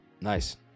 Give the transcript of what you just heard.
Nice